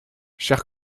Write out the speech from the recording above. chers